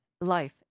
life